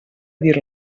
dir